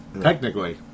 Technically